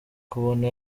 kubona